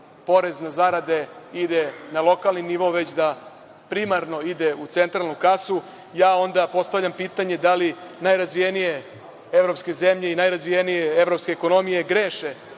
porez na zarade ide na lokalni nivo, već da primarno ide u centralnu kasu. Ja onda postavljam pitanje - da li najrazvijenije evropske zemlje i najrazvijenije evropske ekonomije greše